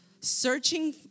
searching